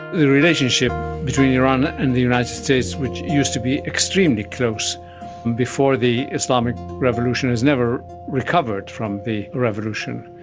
the relationship between iran and the united states, which used to be extremely close before the islamic revolution, has never recovered from the revolution.